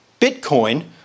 Bitcoin